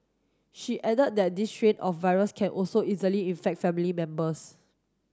she added that this strain of virus can also easily infect family members